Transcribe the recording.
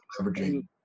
leveraging